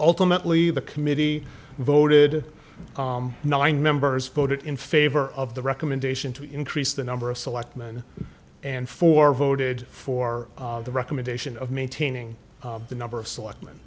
ultimately the committee voted nine members voted in favor of the recommendation to increase the number of selectmen and four voted for the recommendation of maintaining the number of s